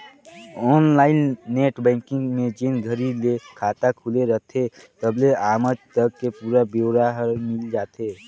online net banking में जेन घरी ले खाता खुले रथे तबले आमज तक के पुरा ब्योरा हर मिल जाथे